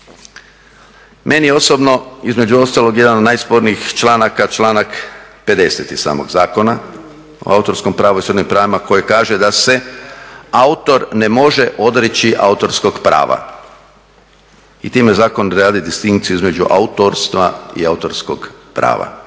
Meni je osobno između ostalog jedan od najspornijih članaka, članak 50. samog Zakona o autorskom pravu i srodnim pravima koje kaže da se "Autor ne može odreći autorskog prava." I time zakon radi distinkciju između autorstva i autorskog prava.